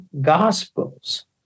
Gospels